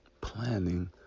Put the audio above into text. planning